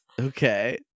okay